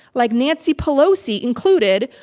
like, nancy pelosi included,